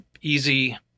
easy